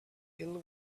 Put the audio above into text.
ill